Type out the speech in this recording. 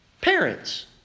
parents